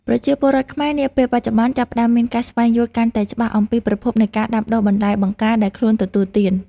ប្រជាពលរដ្ឋខ្មែរនាពេលបច្ចុប្បន្នចាប់ផ្តើមមានការស្វែងយល់កាន់តែច្បាស់អំពីប្រភពនៃការដាំដុះបន្លែបង្ការដែលខ្លួនទទួលទាន។